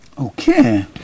Okay